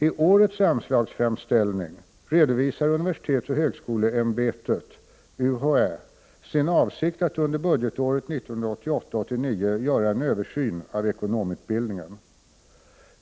I årets anslagsframställning redovisar universitetsoch högskoleämbetet sin avsikt att under budgetåret 1988/89 göra en översyn av ekonomutbildningen.